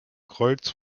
kreuz